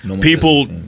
people